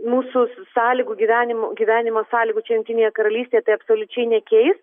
mūsų sąlygų gyvenim gyvenimo sąlygų čia jungtinėje karalystėje tai absoliučiai nekeis